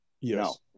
Yes